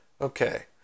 okay